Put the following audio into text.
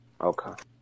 Okay